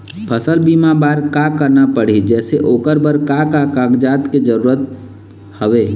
फसल बीमा बार का करना पड़ही जैसे ओकर बर का का कागजात के जरूरत हवे?